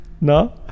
no